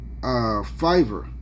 Fiverr